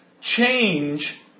change